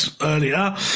earlier